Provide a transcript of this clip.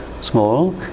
small